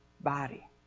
body